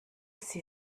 sie